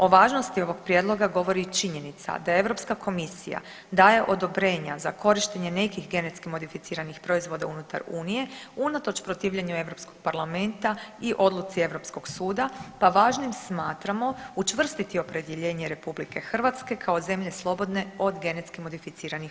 O važnosti ovog prijedloga govori i činjenica da Europska komisija daje odobrenja za korištenje nekih genetski modificiranih proizvoda unutar unije unatoč protivljenju Europskog parlamenta i odluci Europskog suda, pa važnim smatramo učvrstiti opredjeljenje RH kao zemlje slobodne od GMO.